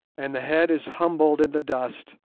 and the head is humbled in the dust,